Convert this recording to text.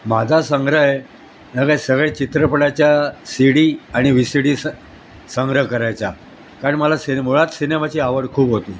माझा संग्रह आहे न काय सगळे चित्रपटाच्या सी डी आणि व्हि सी डीस संग्रह करायचा कारण मला सिने मुळात सिनेमाची आवड खूप होती